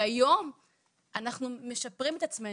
היום אנחנו משפרים את עצמנו,